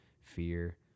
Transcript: fear